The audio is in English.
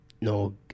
no